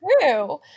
true